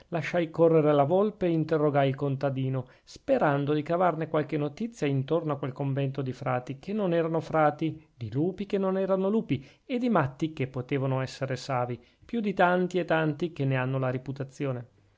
lasciai correre la volpe e interrogai il contadino sperando di cavarne qualche notizia intorno a quel convento di frati che non erano frati di lupi che non erano lupi e di matti che potevano esser savi più di tanti e tanti che ne hanno la riputazione